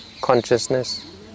consciousness